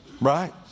right